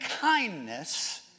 kindness